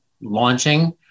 launching